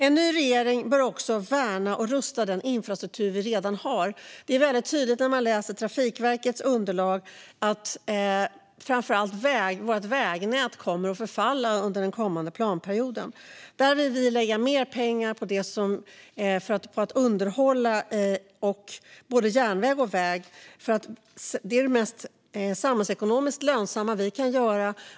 En ny regering bör också värna och rusta den infrastruktur vi redan har. När man läser Trafikverkets underlag är det väldigt tydligt att vårt vägnät kommer att förfalla under den kommande planperioden. Vi vill lägga mer pengar på att underhålla både järnväg och väg. Detta är det samhällsekonomiskt mest lönsamma man kan göra.